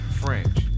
French